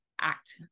act